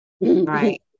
right